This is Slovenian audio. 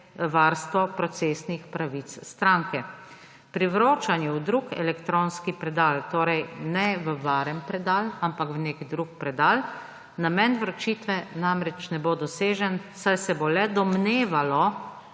varstvo procesnih pravic stranke. Pri vročanju v drug elektronski predal, torej ne v varen predal, ampak v nek drug predal, namen vročitve namreč ne bo dosežen, saj se bo le domnevalo,